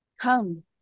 come